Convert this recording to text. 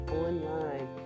online